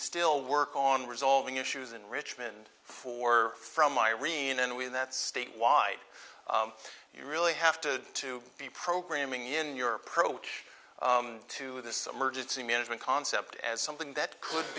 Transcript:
still work on resolving issues in richmond for from irene and we that statewide you really have to to be programming in your approach to this emergency management concept as something that could